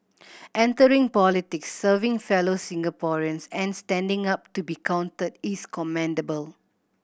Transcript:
entering politics serving fellow Singaporeans and standing up to be counted is commendable